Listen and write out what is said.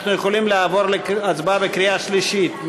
אנחנו יכולים לעבור להצבעה בקריאה שלישית.